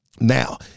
Now